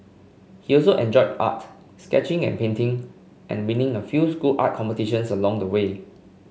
he also enjoyed art sketching and painting and winning a few school art competitions along the way